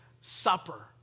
supper